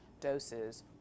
doses